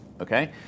okay